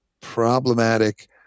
problematic